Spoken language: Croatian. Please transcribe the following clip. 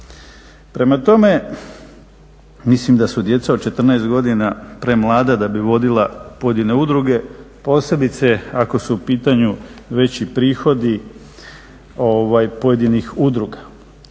Prema tome, mislim da su djeca od 14 godina premlada da bi vodila pojedine udruge, posebice ako su u pitanju veći prihodi pojedinih udruga.